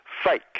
Fake